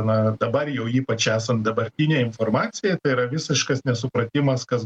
na dabar jau ypač esant dabartinei informacijai tai yra visiškas nesupratimas kas